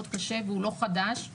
מאוד קשה והוא לא חדש,